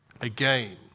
Again